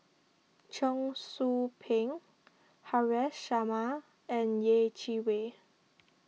Cheong Soo Pieng Haresh Sharma and Yeh Chi Wei